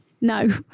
No